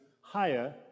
higher